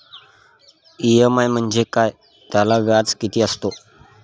EMI म्हणजे काय? त्याला व्याज किती असतो?